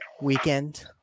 weekend